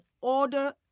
order